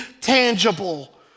tangible